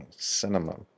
Cinema